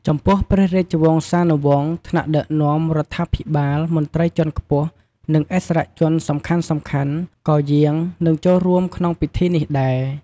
ចំពោះ ព្រះរាជវង្សានុវង្ស ថ្នាក់ដឹកនាំរដ្ឋាភិបាល មន្ត្រីជាន់ខ្ពស់ និងឥស្សរជនសំខាន់ៗ ក៏យាង និងចូលរួមក្នុងពិធីនេះដែរ។